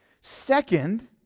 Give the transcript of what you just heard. Second